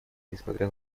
несмотря